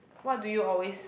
what do you always